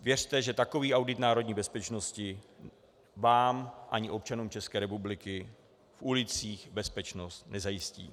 Věřte, že takový audit národní bezpečnosti vám ani občanům České republiky v ulicích bezpečnost nezajistí.